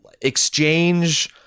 exchange